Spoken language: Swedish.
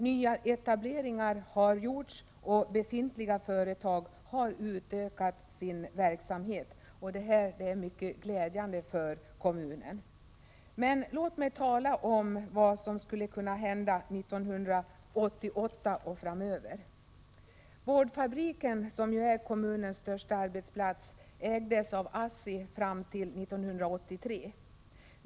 Nyetableringar har gjorts, befintliga företag har utökat sin verksamhet, och detta är mycket glädjande för kommunen. Men låt mig tala om vad som skulle kunna hända 1988 och framöver. Boardfabriken, som ju är kommunens största arbetsplats, ägdes av ASSI fram till 1983.